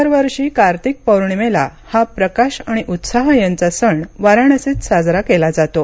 दर वर्षी कार्तिक पौर्णिमेला हा प्रकाश आणि उत्साह यांचा सण वाराणसीत साजरा केला जातो